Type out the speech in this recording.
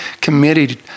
committed